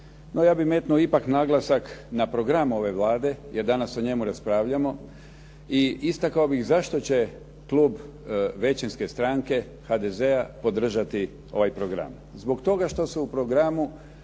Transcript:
No ja bih metnuo ipak naglasak na program ove Vlade jer danas o njemu raspravljamo. I istakao bih zašto će klub većinske stranke HDZ-a podržati ovaj program. Zbog toga što su u programu